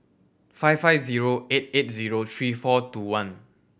five five zero eight eight zero three four two one